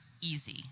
easy